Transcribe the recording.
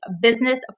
business